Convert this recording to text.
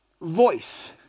voice